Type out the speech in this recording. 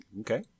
Okay